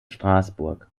straßburg